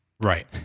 Right